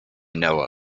know